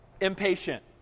impatient